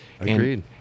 Agreed